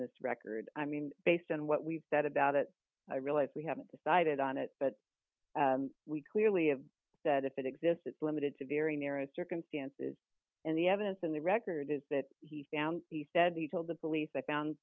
this record i mean based on what we've said about it i realize we haven't decided on it but we clearly of if it exists it's limited to very narrow circumstances and the evidence in the record is that he found he said he told the police they found